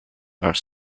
are